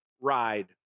ride